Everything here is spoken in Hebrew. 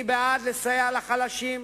אני בעד לסייע לחלשים,